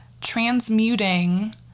transmuting